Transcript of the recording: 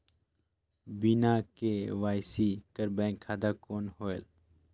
बिना के.वाई.सी कर बैंक खाता कौन होएल?